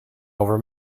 over